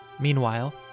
Meanwhile